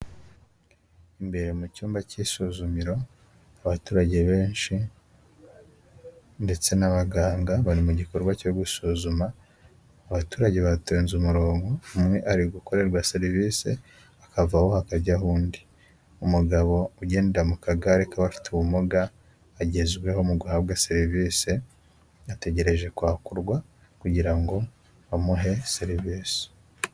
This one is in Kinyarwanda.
Imbere mu cyumba cy'isuzumiro abaturage benshi ndetse n'abaganga bari mu gikorwa cyo gusuzuma, abaturage batonze umurongo umwe ari gukorerwa serivisi akavaho hakajyaho undi umugabo ugendera mu kagare k'abafite ubumuga agezweho mu guhabwa serivisi ategereje kwakurwa kugira ngo bamuhe serivisi.